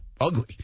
ugly